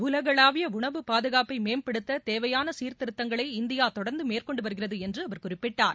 உலகளாவிய உணவு பாதுகாப்பை மேம்படுத்த தேவையான சீர்திருத்தங்களை இந்தியா தொடர்ந்து மேற்கொண்டு வருகிறது என்று அவர் குறிப்பிட்டார்